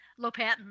Lopatin